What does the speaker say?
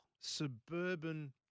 Suburban